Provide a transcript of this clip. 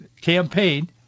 campaign